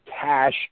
cash